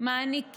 אנחנו גם מעניקים,